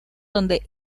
donde